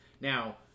Now